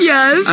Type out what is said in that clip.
Yes